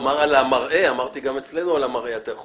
לא מפלגה ערבית ולא מפלגה חרדית ולא מפלגה יהודית וגם לא בליכוד,